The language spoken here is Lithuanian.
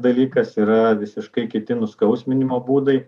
dalykas yra visiškai kiti nuskausminimo būdai